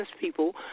people